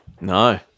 No